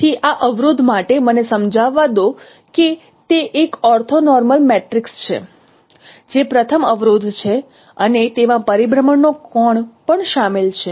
તેથી આ અવરોધ માટે મને સમજાવવા દો કે તે એક ઓર્થોનોર્મલ મેટ્રિક્સ છે જે પ્રથમ અવરોધ છે અને તેમાં પરિભ્રમણનો કોણ પણ શામેલ છે